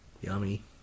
Yummy